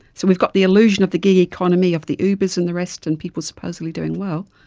so we've got the illusion of the gig economy, of the ubers and the rest, and people supposedly doing well,